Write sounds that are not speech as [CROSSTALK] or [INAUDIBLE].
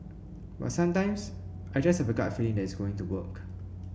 but sometimes I just have a gut [UNINTELLIGIBLE] [UNINTELLIGIBLE] it's going to work